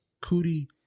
Cootie